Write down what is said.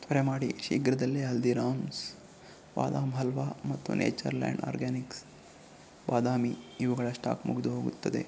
ತ್ವರೆ ಮಾಡಿ ಶೀಘ್ರದಲ್ಲೇ ಹಲ್ದೀರಾಮ್ಸ್ ಬಾದಾಮಿ ಹಲ್ವಾ ಮತ್ತು ನೇಚರ್ ಲ್ಯಾಂಡ್ ಆರ್ಗ್ಯಾನಿಕ್ಸ್ ಬಾದಾಮಿ ಇವುಗಳ ಸ್ಟಾಕ್ ಮುಗಿದು ಹೋಗುತ್ತದೆ